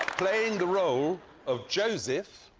playing the role of joseph.